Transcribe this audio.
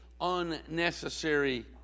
unnecessary